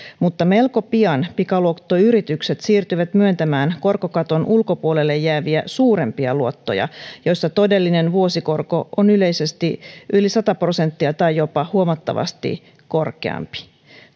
mutta melko pian pikaluottoyritykset siirtyivät myöntämään korkokaton ulkopuolelle jääviä suurempia luottoja joissa todellinen vuosikorko on yleisesti yli sata prosenttia tai jopa huomattavasti korkeampi